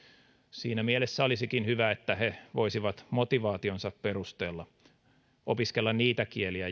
siinä mielessä olisikin hyvä että he voisivat motivaationsa perusteella opiskella niitä kieliä